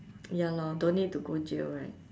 ya lor don't need to go jail right